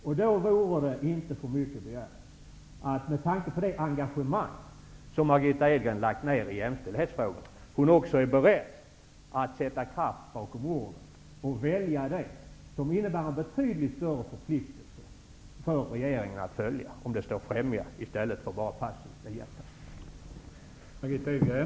Därför är det inte för mycket begärt att, med tanke på Margitta Edgrens engagemang i jämställdhetsfrågor, hon också är beredd att sätta kraft bakom orden och välja det som innebär en betydligt större förpliktelse för regeringen att följa det som sägs. Det handlar alltså om skillnaden mellan att främja och att bara passivt iaktta.